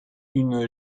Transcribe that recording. une